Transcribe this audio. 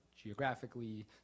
geographically